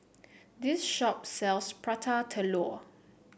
this shop sells Prata Telur